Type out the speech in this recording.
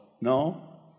No